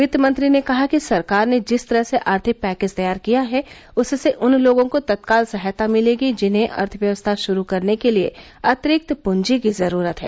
वित्तमंत्री ने कहा कि सरकार ने जिस तरह से आर्थिक पैकेज तैयार किया है उससे उन लोगों को तत्काल सहायता मिलेगी जिन्हें अर्थव्यवस्था शुरू करने के लिए अतिरिक्त पूंजी की जरूरत है